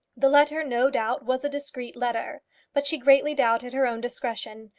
the letter no doubt was a discreet letter but she greatly doubted her own discretion,